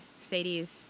Sadie's